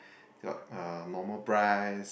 got uh normal price